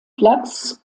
platz